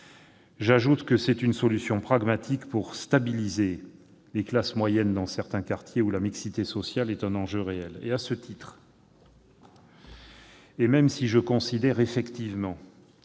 J'ajoute que c'est aussi une solution pragmatique pour stabiliser les classes moyennes dans certains quartiers où la mixité sociale est un enjeu réel. À ce titre, et même si je considère qu'il faut